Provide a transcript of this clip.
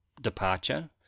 departure